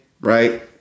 Right